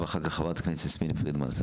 אחר כך חברת הכנסת יסמין פרידמן.